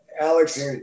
Alex